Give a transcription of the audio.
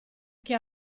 che